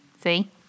See